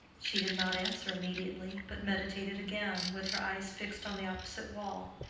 she did not answer immediately, but meditated again, with her eyes fixed on the opposite wall.